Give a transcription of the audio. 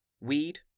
Weed